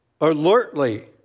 Alertly